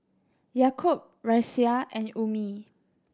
Yaakob Raisya and Ummi